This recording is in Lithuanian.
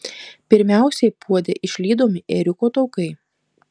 pirmiausiai puode išlydomi ėriuko taukai